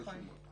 נכון.